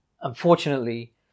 unfortunately